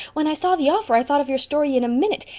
when i saw the offer i thought of your story in a minute,